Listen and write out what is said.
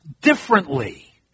differently